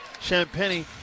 Champagne